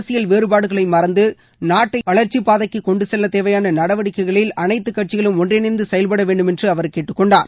அரசியல் வேறுபாடுகளை மறந்துநாட்டை வளர்ச்சிப்பாதைக்கு கொண்டு செல்ல தேவையாள நடவடிக்கைகளில் அனைத்துக் கட்சிகளும் ஒன்றிணைந்து செயல்பட வேண்டும் என்று அவர் கேட்டுக் கொண்டார்